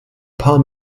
paar